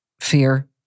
Fear